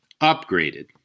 upgraded